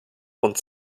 und